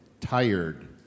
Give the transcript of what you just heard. tired